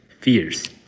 fears